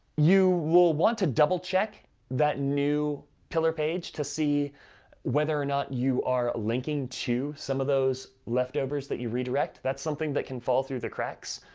you will want to double-check that new pillar page to see whether or not you are linking to some of those leftovers that you redirect. that's something that can fall through the cracks.